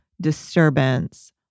disturbance